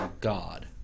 God